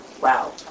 wow